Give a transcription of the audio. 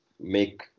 make